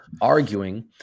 arguing